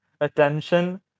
attention